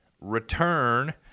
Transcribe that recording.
return